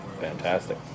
fantastic